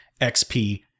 XP